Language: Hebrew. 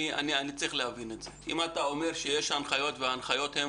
אני צריך להבין: אם אתה אומר שיש הנחיות ברורות